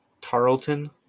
Tarleton